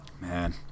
Man